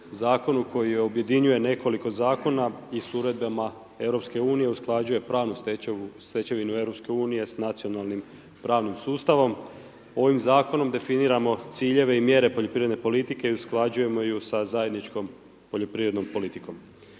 zakonu koji objedinjuje nekoliko zakona, i uredbama EU usklađuje pravnu stečevinu EU, sa nacionalnim pravnim sustavom. Ovim zakonom definiramo ciljeve i mjere poljoprivredne politike i usklađujemo ju sa zajedničkom poljoprivrednom politikom.